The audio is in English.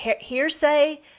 hearsay